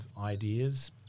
ideas